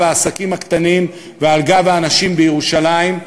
העסקים הקטנים ועל גב האנשים בירושלים,